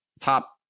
top